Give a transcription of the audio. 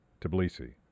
Tbilisi